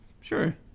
Sure